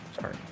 Sorry